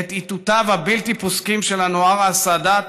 את איתותיו הבלתי-פוסקים של אנואר סאדאת,